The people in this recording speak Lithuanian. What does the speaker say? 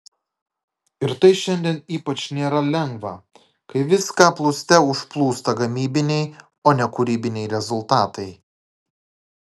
ir tai šiandien ypač nėra lengva kai viską plūste užplūsta gamybiniai o ne kūrybiniai rezultatai